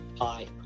Hi